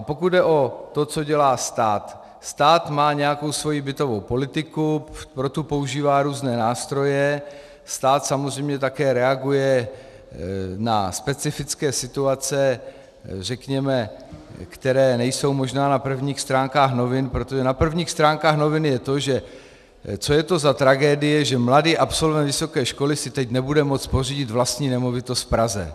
Pokud jde o to, co dělá stát, stát má nějakou bytovou politiku, pro tu používá různé nástroje, stát samozřejmě také reaguje na specifické situace, řekněme, které nejsou možná na prvních stránkách novin, protože na prvních stránkách novin je to, že co je to za tragédii, že mladý absolvent vysoké školy si teď nebude moci pořídit vlastní nemovitost v Praze.